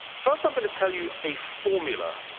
first i'm going to tell you a formula.